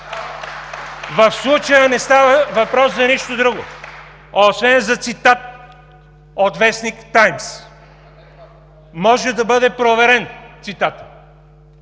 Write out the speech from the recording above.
В случая не става въпрос за нищо друго, освен за цитат от вестник „Таймс“. Може да бъде проверен цитатът.